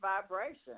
vibration